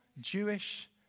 Jewish